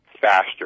faster